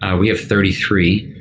ah we have thirty three.